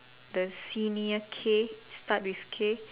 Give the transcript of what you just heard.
the senior K start with K